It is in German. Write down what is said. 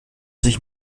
sich